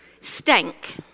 stank